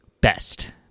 Best